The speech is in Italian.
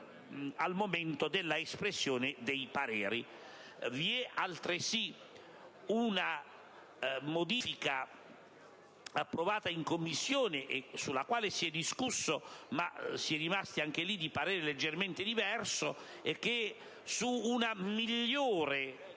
al momento dell'espressione dei pareri sugli emendamenti. Vi è altresì una modifica approvata in Commissione e sulla quale si è discusso, ma si è rimasti anche lì di parere leggermente diverso, relativa a una migliore